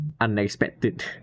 unexpected